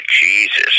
Jesus